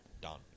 done